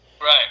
Right